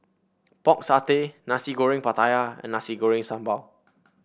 Pork Satay Nasi Goreng Pattaya and Nasi Goreng Sambal